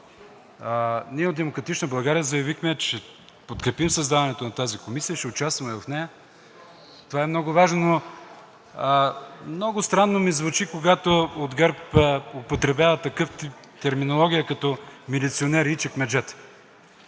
Ние от „Демократична България“ заявихме, че ще подкрепим създаването на тази комисия, ще участваме в нея. Това е много важно! Много странно ми звучи, когато от ГЕРБ употребяват такъв тип терминология, като милиционери и чекмеджета.